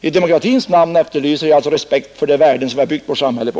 I demokratins namn efterlyser jag alltså respekt för de värden som vi har byggt vårt samhälle på.